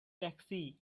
taxi